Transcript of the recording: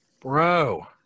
Bro